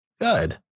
good